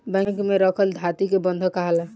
bank में रखल थाती के बंधक काहाला